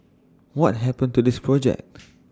what happened to this project